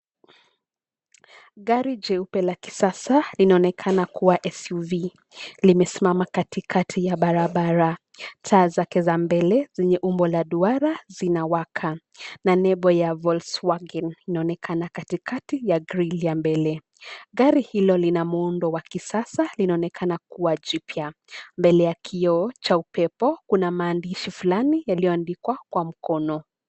Gari jeupe la kisasa linaonekana kuwa s u v limesimama katikati ya barabara. Taa zake za mbele zenye umbo la duara zinawaka na nebo ya Volkswagen inaonekana katikati ya grili ya mbele. Gari hilo lina muundo wa kisasa. Linaonekana kuwa jipya. Mbele ya kioo cha upepo kuna maandishi fulani yaliyoandikwa kwa mkono.